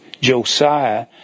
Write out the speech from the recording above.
Josiah